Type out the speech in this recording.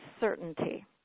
certainty